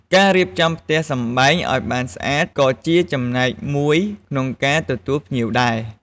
ការរៀបចំផ្ទះសម្បែងឱ្យបានស្អាតក៏ជាចំណែកមួយក្នុងការទទួលភ្ញៀវដែរ។